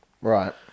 Right